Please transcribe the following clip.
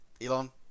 Elon